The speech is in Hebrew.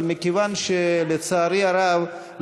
אבל מכיוון שלצערי הרב,